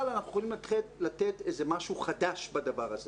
אנחנו יכולים לתת איזה משהו חדש בדבר הזה